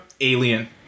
alien